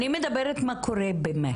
אני מדברת מה קורה באמת.